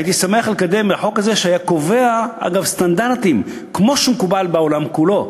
הייתי שמח לקדם את החוק הזה שקובע סטנדרטים כמו שמקובל בעולם כולו.